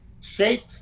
shape